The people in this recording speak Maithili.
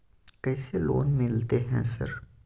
कैसे लोन मिलते है सर?